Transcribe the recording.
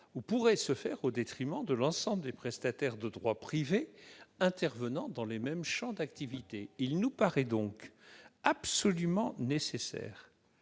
OPH pourrait se faire au détriment de l'ensemble des prestataires de droit privé intervenant dans les mêmes champs d'activité. Il nous paraît donc absolument nécessaire